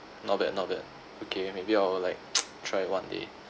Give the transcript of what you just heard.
not bad not bad okay maybe I will like try one day